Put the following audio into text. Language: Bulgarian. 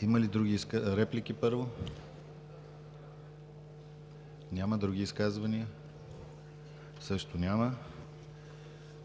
доклада. Реплики? Няма. Други изказвания? Няма.